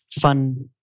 fun